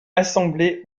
assemblés